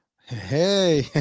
hey